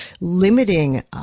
limiting